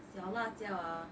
小辣椒啊